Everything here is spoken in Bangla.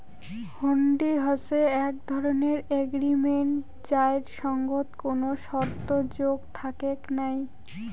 হুন্ডি হসে এক ধরণের এগ্রিমেন্ট যাইর সঙ্গত কোনো শর্ত যোগ থাকেক নাই